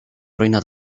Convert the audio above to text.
ruïna